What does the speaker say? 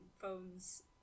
phones